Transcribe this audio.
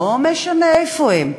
לא משנה איפה הם,